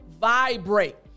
vibrate